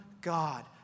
God